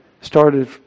started